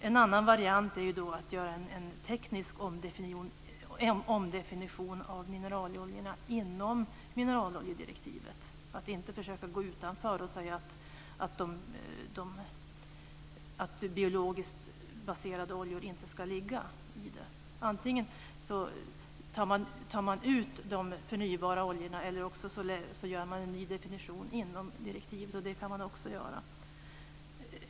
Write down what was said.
En annan variant är att göra en teknisk omdefinition av mineraloljorna inom mineraloljedirektivet, att inte försöka gå utanför och säga att biologiskt baserade oljor inte ska ingå. Antingen tar man bort de förnybara oljorna eller också gör man en ny definition inom direktivet. Det senare kan man också göra.